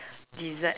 design